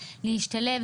להשתלב,